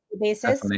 basis